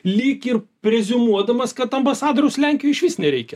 lyg ir reziumuodamas kad ambasadoriaus lenkijoj išvis nereikia